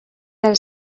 del